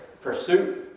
pursuit